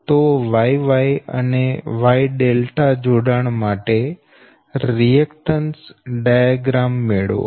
તો Y Y અને Y જોડાણ માટે રિએકટન્સ ડાયાગ્રામ મેળવો